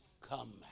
come